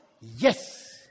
Yes